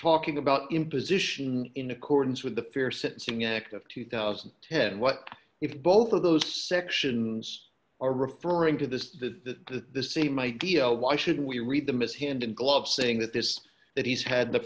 talking about imposition in accordance with the fear sensing act of two thousand what if both of those sections are referring to this the same idea why should we read them is hand and glove saying that this that he's had the